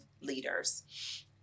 leaders